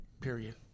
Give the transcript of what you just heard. Period